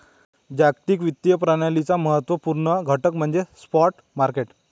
जागतिक वित्तीय प्रणालीचा महत्त्व पूर्ण घटक म्हणजे स्पॉट मार्केट